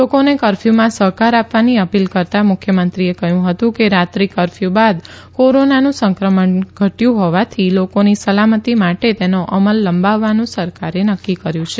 લોકોને કરફ્યુમાં સહકાર આપવાની અપીલ કરતાં મુખ્યમંત્રીએ કહ્યું હતું કે રાત્રિ કરફ્યુ બાદ કોરોનાનું સંક્રમણ ઘટ્યું હોવાથી લોકો ની સલામતી માટે તેનો અમલ લંબાવવાનું સરકારે નક્કી કર્યું છે